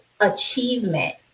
achievement